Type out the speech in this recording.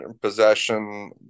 possession